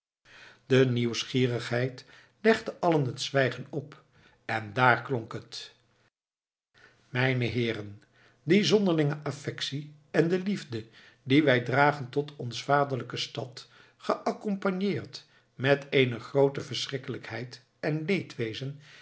de nieuwsgierigheid legde allen het zwijgen op en daar klonk het mijn heeren die sonderlinghe affectie ende liefde die wij dragen tot onse vaderlicke stad geaccompaigneert met eene groote verschricktheyt en